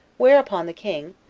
whereupon the king,